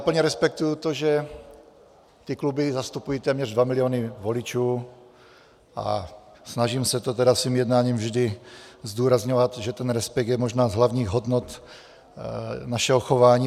Plně respektuji to, že ty kluby zastupují téměř dva miliony voličů, a snažím se to tedy svým jednáním vždy zdůrazňovat, že ten respekt je možná z hlavních hodnot našeho vzájemného chování.